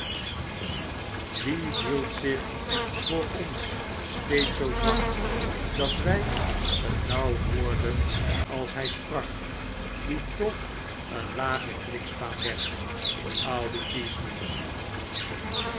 wie hield zich voor oris steeds zoo zwak dat wy t nauw hoorden als hij sprak die toch een lage klikspaan werd